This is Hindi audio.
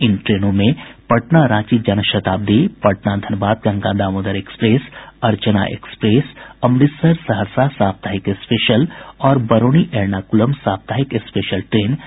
इन ट्रेनों में पटना रांची जनशताब्दी पटना धनबाद गंगा दामोदर एक्सप्रेस अर्चना एक्सप्रेस अमृतसर सहरसा साप्ताहिक स्पेशल और बरौनी एर्नाकुलम साप्ताहिक स्पेशल ट्रेन शामिल है